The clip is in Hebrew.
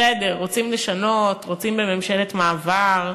בסדר, רוצים לשנות, רוצים בממשלת מעבר,